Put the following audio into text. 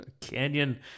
Canyon